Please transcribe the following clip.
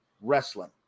Wrestling